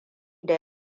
da